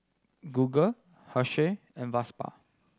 Google Herschel and Vespa